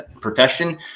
profession